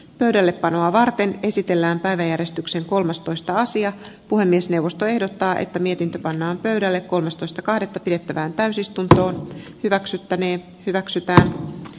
pöydällepanoa varten esitellään päiväjärjestyksen kolmastoista sija puhemiesneuvosto ehdottaa että mietintö pannaan pöydälle kolmastoista kahdet pidettävään täysistunto hyväksyttäneen hyväksytään